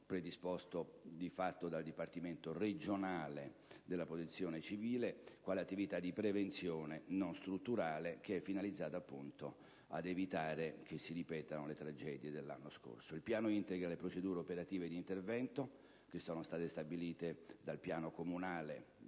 predisposto dal Dipartimento regionale delle protezione civile, quale attività di prevenzione, non strutturale, finalizzata ad evitare che si ripetano le tragedie dello scorso anno. Il piano integra le procedure operative di intervento stabilite dal piano comunale